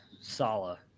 Sala